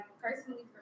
personally